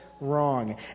wrong